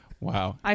Wow